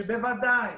שבוודאי